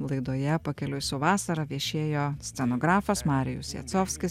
laidoje pakeliui su vasara viešėjo scenografas marijus jacovskis